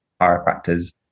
chiropractors